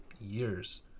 years